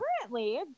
currently